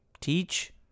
teach